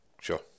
Sure